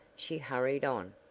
she hurried on.